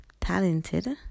talented